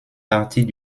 parties